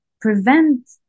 prevent